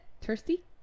Thirsty